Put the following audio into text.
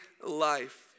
life